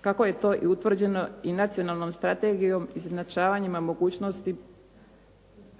kako je to i utvrđeno i Nacionalnom strategijom izjednačavanjima mogućnosti